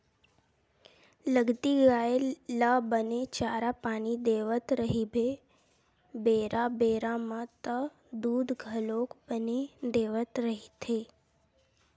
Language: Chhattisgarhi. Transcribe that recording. लगती गाय ल बने चारा पानी देवत रहिबे बेरा बेरा म त दूद घलोक बने देवत रहिथे